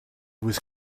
was